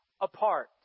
apart